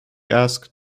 asked